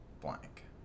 blank